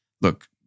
look